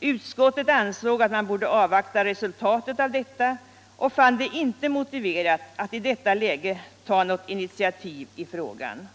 Utskottet ansåg att man borde avvakta resultatet därav och fann det inte motiverat att i detta läge ta något initiativ i frågan.